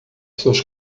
suas